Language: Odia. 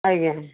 ଆଜ୍ଞା